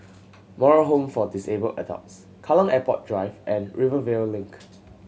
Moral Home for Disabled Adults Kallang Airport Drive and Rivervale Link